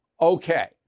Okay